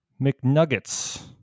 McNuggets